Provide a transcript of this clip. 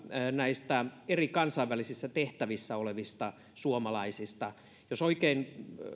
näistä eri kansainvälisissä tehtävissä olevista suomalaisista jos oikein